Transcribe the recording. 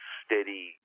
steady